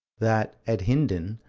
that, at hindon,